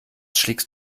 schlägst